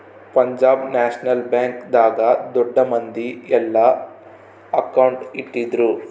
Punjab National Bank ದಾಗ ದೊಡ್ಡ ಮಂದಿ ಯೆಲ್ಲ ಅಕೌಂಟ್ ಇಟ್ಟಿದ್ರು